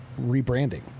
rebranding